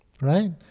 Right